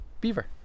Beaver